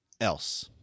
else